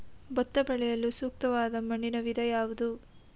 ಭತ್ತ ಬೆಳೆಯಲು ಸೂಕ್ತವಾದ ಮಣ್ಣಿನ ವಿಧ ಯಾವುದು?